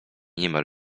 niemal